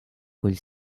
quel